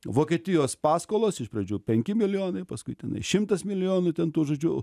vokietijos paskolos iš pradžių penki milijonai paskui tenai šimtas milijonų ten tų žodžiu